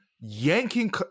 yanking